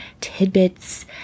tidbits